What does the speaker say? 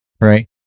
right